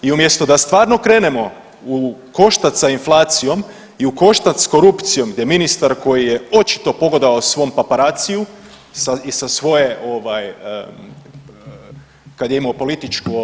I umjesto da stvarno krenemo u koštac sa inflacijom i u koštac s korupcijom gdje ministar koji je očito pogodovao svom paparazziu i sa svoje kad je imao političku.